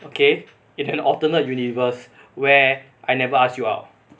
okay in an alternate universe where I never ask you out